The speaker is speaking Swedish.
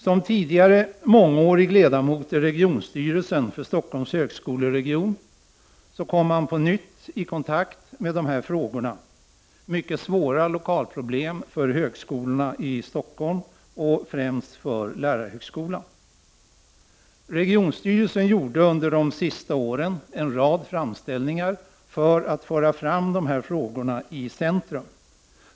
Som tidigare mångårig ledamot i regionstyreisen för Stockholms högskoleregion kom jag på nytt i kontakt med de mycket svåra lokalproblemen för högskolorna i Stockholm, främst för lärarhögskolan. Regionstyrelsen gjorde under de sista åren en rad framställningar för att föra fram de här frågorna i centrum.